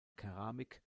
keramik